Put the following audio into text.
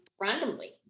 randomly